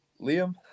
Liam